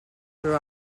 grew